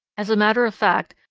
as a matter of fact,